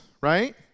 right